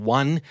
one